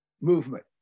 movement